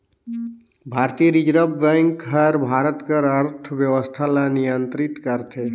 भारतीय reserve bank हर भारत कर अर्थबेवस्था ल नियंतरित करथे